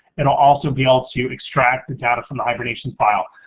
it'll also be able to extract the data from the hibernation file.